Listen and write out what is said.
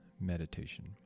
meditation